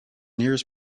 nearest